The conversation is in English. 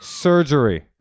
surgery